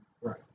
Right